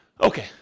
okay